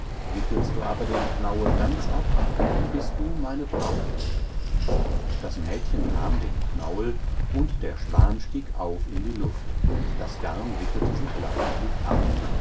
wickelst du aber den knauel ganz ab dann bist du meine braut das mädchen nahm den knauel und der schwan stieg auf in die luft und das garn wickelte sich leichtlich ab